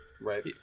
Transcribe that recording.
Right